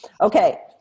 Okay